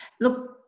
Look